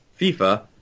FIFA